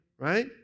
right